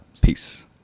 Peace